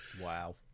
Wow